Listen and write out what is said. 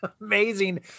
amazing